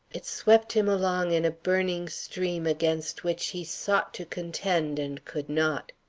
it swept him along in a burning stream against which he sought to contend and could not.